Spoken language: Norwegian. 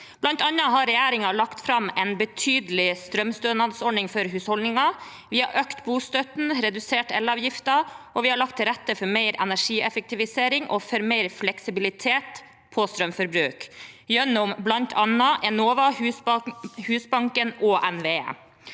Blant annet har regjeringen lagt fram en betydelig strømstøtteordning for husholdningene, vi har økt bostøtten, redusert elavgiften, og vi har lagt til rette for mer energieffektivisering og for mer fleksibilitet for strømforbruk gjennom bl.a. Enova, Husbanken og NVE.